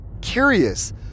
curious